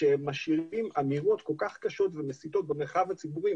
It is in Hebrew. כשמשאירים אמירות כל כך קשות ומסיתות במרחב הציבורי,